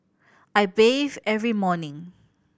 I bathe every morning